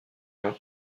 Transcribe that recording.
ion